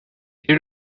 est